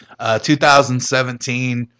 2017